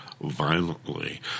violently